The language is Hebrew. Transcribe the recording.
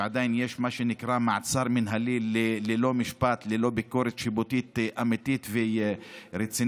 שעדיין יש מעצר מינהלי ללא משפט וללא ביקורת שיפוטית אמיתית ורצינית.